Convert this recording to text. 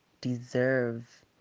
deserve